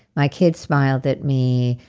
my kid smiled at me,